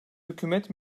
hükümet